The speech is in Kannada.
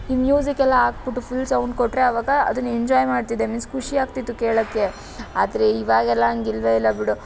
ಈ ಮ್ಯೂಸಿಕೆಲ್ಲ ಹಾಕ್ಬುಟ್ಟು ಫುಲ್ ಸೌಂಡ್ ಕೊಟ್ಟರೆ ಆವಾಗ ಅದನ್ನು ಎಂಜಾಯ್ ಮಾಡ್ತಿದ್ದೆ ಮೀನ್ಸ್ ಖುಷಿಯಾಗ್ತಿತ್ತು ಕೇಳೋಕ್ಕೆ ಆದರೆ ಈವಾಗೆಲ್ಲ ಹಾಗಿಲ್ವೇ ಇಲ್ಲ ಬಿಡು